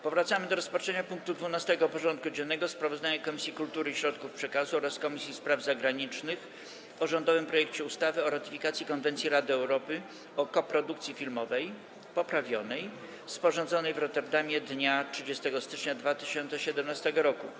Powracamy do rozpatrzenia punktu 12. porządku dziennego: Sprawozdanie Komisji Kultury i Środków Przekazu oraz Komisji Spraw Zagranicznych o rządowym projekcie ustawy o ratyfikacji Konwencji Rady Europy o koprodukcji filmowej (poprawionej), sporządzonej w Rotterdamie dnia 30 stycznia 2017 r.